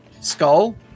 skull